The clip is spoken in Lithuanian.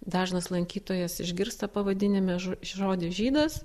dažnas lankytojas išgirsta pavadinime žo žodį žydas